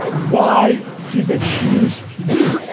why did they choose you? and